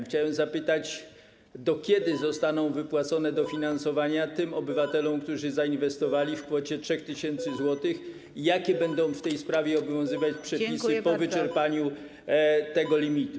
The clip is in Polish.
Chciałem zapytać, do kiedy zostaną wypłacone dofinansowania tym obywatelom, którzy zainwestowali, w kwocie 3 tys. zł, i jakie będą w tej sprawie obowiązywać przepisy po wyczerpaniu tego limitu.